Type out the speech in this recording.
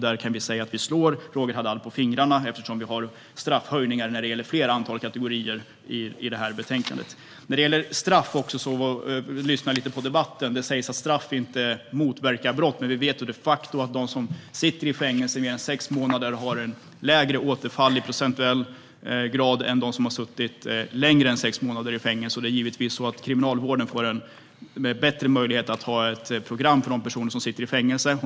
Där kan vi säga att vi slår Roger Haddad på fingrarna, eftersom vi föreslår straffhöjningar när det gäller ett större antal kategorier i det här betänkandet. I debatten här har det sagts att straff inte motverkar brott. Vi vet dock de facto att de som sitter i fängelse mer än sex månader har lägre återfallsgrad, procentuellt räknat, än dem som har suttit i mindre än sex månader. Kriminalvården får givetvis en bättre möjlighet att erbjuda ett program för de personer som sitter i fängelse.